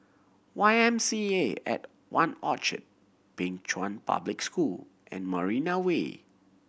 Y M C A at One Orchard Pei Chun Public School and Marina Way